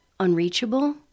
unreachable